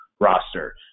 Roster